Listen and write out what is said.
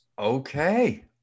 Okay